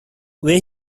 where